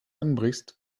anbrichst